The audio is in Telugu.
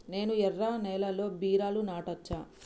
నేను ఎర్ర నేలలో బీరలు నాటచ్చా?